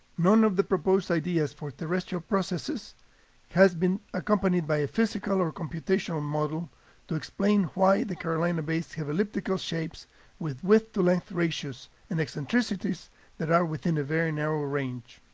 none of the proposed ideas for terrestrial processes has been accompanied by a physical or a computational model to explain why the carolina bays have elliptical shapes with width-to-length ratios and eccentricities that are within a very narrow range.